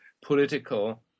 political